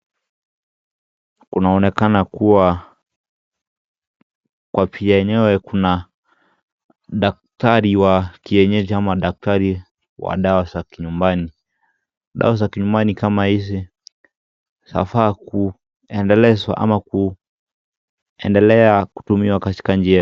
Kunaonekana kuwa kwa picha yenyewe kuna daktari wa kienyeji ama daktari wa dawa za kinyumbani ,dawa za kinyumbani kama hizi cha faa kuendelezwa ama kuendelea kutumiwa Katika njia.